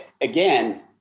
again